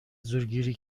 زورگیری